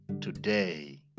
today